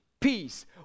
Peace